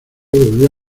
volvió